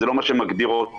זה לא מה שמגדיר אותו,